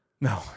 No